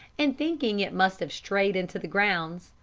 and thinking it must have strayed into the grounds,